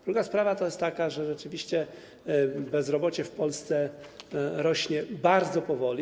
Druga sprawa jest taka, że rzeczywiście bezrobocie w Polsce rośnie bardzo powoli.